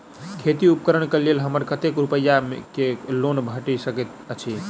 खेती उपकरण केँ लेल हमरा कतेक रूपया केँ लोन भेटि सकैत अछि?